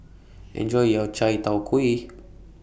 Enjoy your Chai Tow Kuay